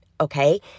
okay